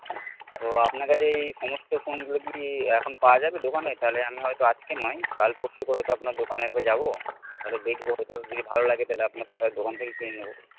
তো আপনার কাছে এই সমস্ত ফোনগুলো কি এখন পাওয়া যাবে দোকানে তাহলে আমি হয়তো আজকে নয় কাল পরশু করে হয়তো আপনার দোকানে একবার যাবো তাহলে দেখবো হয়তো যদি ভালো লাগে তাহলে আপনার দোকান থেকেই কিনে নেবো